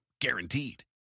Guaranteed